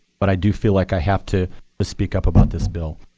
but i do feel like i have to speak up about this bill.